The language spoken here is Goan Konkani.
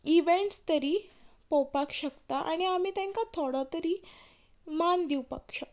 इवेंन्ट्स तरी पळोवपाक शकता आनी आमी तांकां थोडो तरी मान दिवपाक शकता